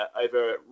over